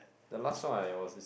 the last one I was listening